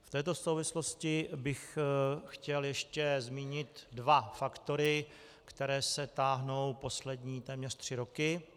V této souvislosti bych chtěl ještě zmínit dva faktory, které se táhnou poslední téměř tři roky.